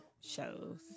shows